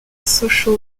social